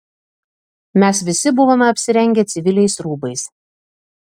mes visi buvome apsirengę civiliais rūbais